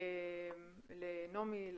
נעמי,